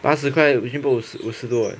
八十块 Gymmboxx 五十多 eh